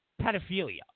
pedophilia